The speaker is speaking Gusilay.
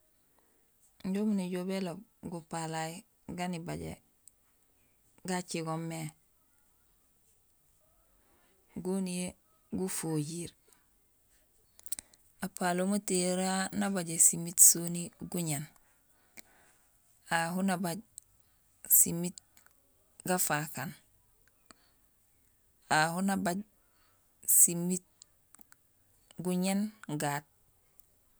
Injé umu néjool béloob gupalaay gaan nibajé gacigoomé goniyee gufojiir. Apaloom atiyeree ha nabajé simiit soni guñéén, ahu nabaaj simiit gafaak aan, ahu nabaaj simiit guñéén gaat.